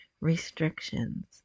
restrictions